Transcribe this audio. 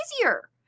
easier